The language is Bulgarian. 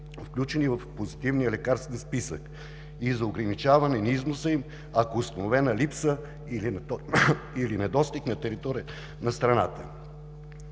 включени в Позитивния лекарствен списък и за ограничаване на износа им, ако е установена липса или недостиг на територията на страната.